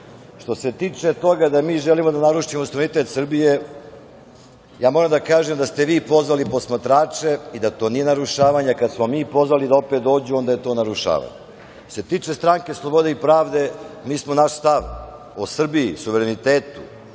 se tiče toga da mi želimo da narušimo suverenitet Srbije, ja moram da kažem da ste vi pozvali posmatrače i da to nije narušavanje, a kada smo mi pozvali da opet dođu onda je to narušavanje. Što se tiče Stranke slobode i pravde, mi smo naš stav o Srbiji suverenitetu,